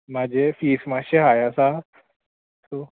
म्हजे फीज मातशे हाय आसा सो